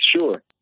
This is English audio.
sure